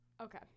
okay